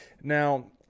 Now